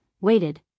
waited